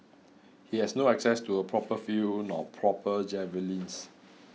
he had no access to a proper field nor proper javelins